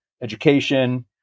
education